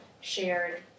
shared